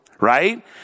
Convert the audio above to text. right